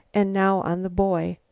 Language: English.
and now on the boy.